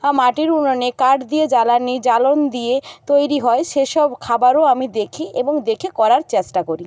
বা মাটির উনুনে কাঠ দিয়ে জ্বালানি জ্বালোন দিয়ে তৈরি হয় সে সব খাবারও আমি দেখি এবং দেখে করার চেষ্টা করি